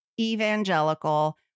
evangelical